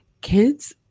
kids